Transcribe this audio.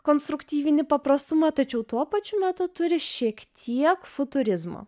konstruktyvinį paprastumą tačiau tuo pačiu metu turi šiek tiek futurizmo